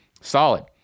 solid